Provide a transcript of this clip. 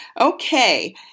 Okay